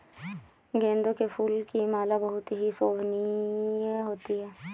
गेंदे के फूल की माला बहुत ही शोभनीय होती है